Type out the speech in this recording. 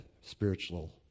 spiritual